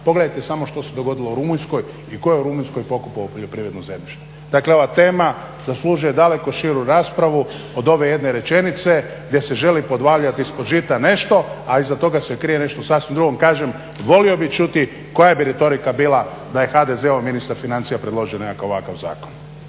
Pogledajte samo što se dogodili u Rumunjskoj i tko je u Rumunjskoj pokupovao poljoprivredno zemljište. Dakle ova tema zaslužuje daleko širu raspravu od ove jedne rečenice gdje se želi podvaliti ispod žita nešto a iza toga se krije sasvim nešto drugo. Kažem volio bih čuti koja bi retorika bila da je HDZ-ov ministar financija predložio nekakav ovakav zakon.